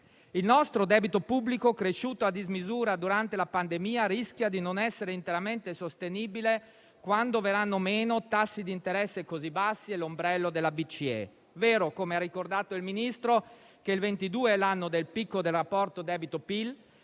Il nostro debito pubblico, cresciuto a dismisura durante la pandemia, rischia di non essere interamente sostenibile quando verranno meno tassi di interesse così bassi e l'ombrello della BCE. È vero, come ha ricordato il Ministro, che il 2022 è l'anno del picco del rapporto debito-PIL